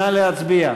נא להצביע.